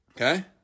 Okay